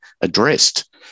addressed